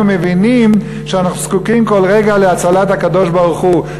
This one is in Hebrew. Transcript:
מבינים שאנחנו זקוקים כל רגע להצלת הקדוש-ברוך-הוא.